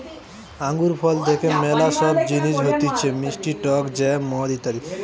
আঙ্গুর ফল থেকে ম্যালা সব জিনিস হতিছে মিষ্টি টক জ্যাম, মদ ইত্যাদি